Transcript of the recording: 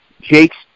Jake's